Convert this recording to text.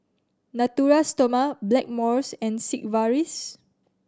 Natura Stoma Blackmores and Sigvaris